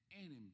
enemy